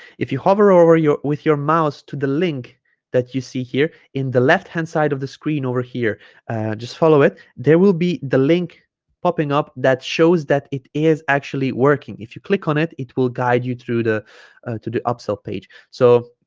if you hover over your with your mouse to the link that you see here in the left hand side of the screen over here ah just follow it there will be the link popping up that shows that it is actually working if you click on it it will guide you through the to the upsell page so